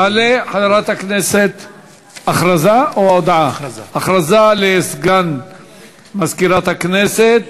הכרזה לסגן מזכירת הכנסת.